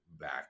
back